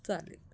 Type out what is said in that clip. चालेल